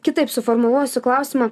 kitaip suformuluosiu klausimą